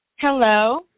Hello